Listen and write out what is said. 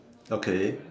okay